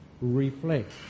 reflect